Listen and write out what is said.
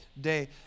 day